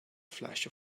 flash